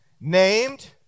named